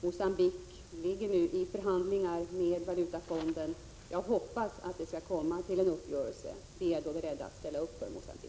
Mogambique befinner sig nu i förhandlingar med Valutafonden. Jag hoppas att en uppgörelse kan komma till stånd. Vi är då beredda att ställa upp för Mogambique.